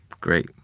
Great